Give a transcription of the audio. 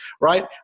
right